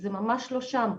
זה ממש לא שם.